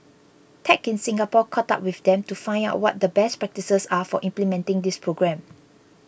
tech in Singapore caught up with them to find out what the best practices are for implementing this program